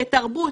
כתרבות,